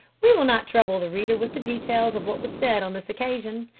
we will not trouble the reader with the details of what was said on this occasion.